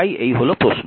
তাই এই হল প্রশ্ন